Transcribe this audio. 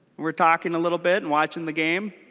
were talking a little bit and watching the game.